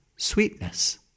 Sweetness